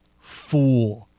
fool